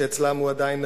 שאצלם הוא עדיין חוקי.